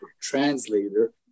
translator